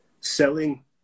Selling